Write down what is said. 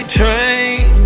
train